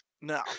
No